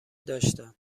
داشتم